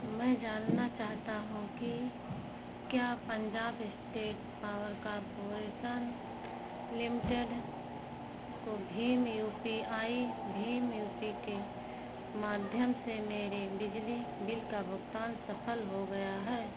मैं जानना चाहता हूँ कि क्या Punjab state power corporation limited को Bhim U P I Bhim U P के माध्यम से मेरे बिजली बिल का भुगतान सफल हो गया है